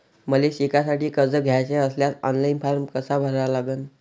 मले शिकासाठी कर्ज घ्याचे असल्यास ऑनलाईन फारम कसा भरा लागन?